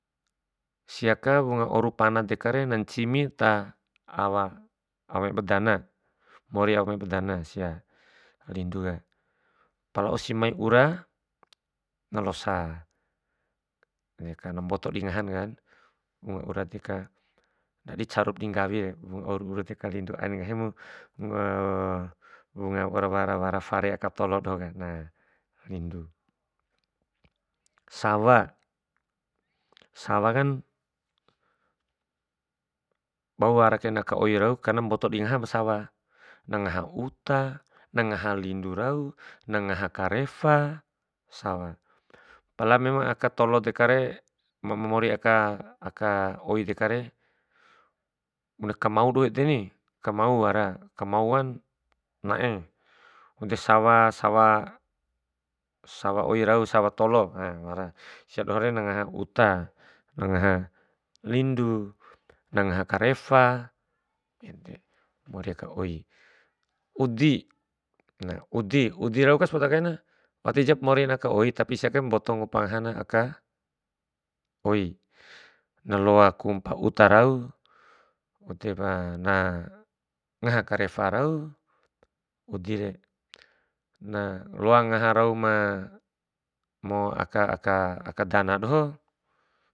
Siaka wunga oru pana dekare nancimi ta awa- awa mai badana, mori awa mai badana sia linduka, pala wausi mai ura na losa de karena mboto di ngahankan, wunga ura deka, ndadi caru dinggawi re wunga oru ura deka, aina nggahimu wunga waura wara wara fare aka tolo doho ka na lindu. Sawa, sawa kan bau wara kain aka oi rau karena mboto di ngaha ba sawa, na ngaha uta, na ngaha lindu rau, na ngaha karefa, sawa. Pala memang aka tolo dekare ma- ma'mori aka- aka oi dekare bune kamau doho edeni, kamau wara kamau kan na'e, de sawa, sawa, sawa oi rau, sawa tolo wara, sia dohore na ngaha uta, na ngaha lindu, na ngaha karefa, ede mori aka oi. Udi na udi, udi rau'ka sapoda kaina wati japa morin aka oi tapi siake mboto ngupa ngaha aka oi, na loa kumpa uta rau, waudepa na ngaha karefa rau, udi re, na loa ngaha rau ma mo aka- aka- aka dana doho.